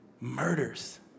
murders